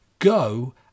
go